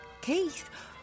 Keith